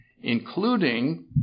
including